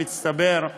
במצטבר,